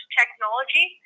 technology